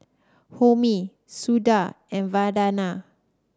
Homi Suda and Vandana